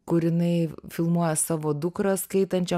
kur jinai filmuoja savo dukrą skaitančią